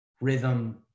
rhythm